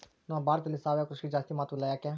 ನಮ್ಮ ಭಾರತದಲ್ಲಿ ಸಾವಯವ ಕೃಷಿಗೆ ಜಾಸ್ತಿ ಮಹತ್ವ ಇಲ್ಲ ಯಾಕೆ?